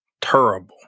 terrible